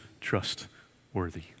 trustworthy